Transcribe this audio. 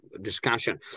discussion